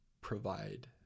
provide